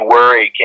Worry